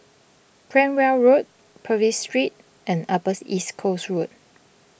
Cranwell Road Purvis Street and Upper East Coast Road